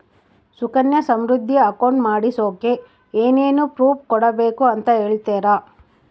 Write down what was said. Sukanya Samriddhi account ಮಾಡಿಸೋಕೆ ಏನೇನು proof ಕೊಡಬೇಕು ಅಂತ ಹೇಳ್ತೇರಾ?